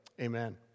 Amen